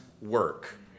work